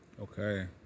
okay